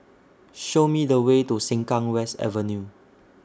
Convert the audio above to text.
Show Me The Way to Sengkang West Avenue